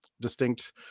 distinct